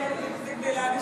אינה נוכחת.